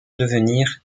devenir